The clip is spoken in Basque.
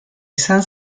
izan